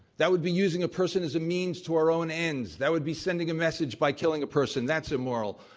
that would be using a person as a means to our own ends. that would be sending a message by killing a person. that's immoral.